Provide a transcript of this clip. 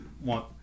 want